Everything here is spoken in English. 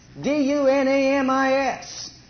D-U-N-A-M-I-S